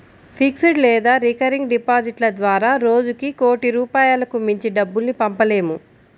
fixed లేదా recurring డిపాజిట్ల ద్వారా రోజుకి కోటి రూపాయలకు మించి డబ్బుల్ని పంపలేము